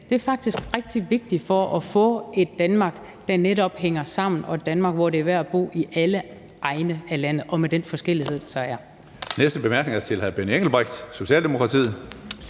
landet er faktisk rigtig vigtig for at få et Danmark, der netop hænger sammen, og et Danmark, hvor det er værd at bo i alle egne af landet med den forskellighed, der så er.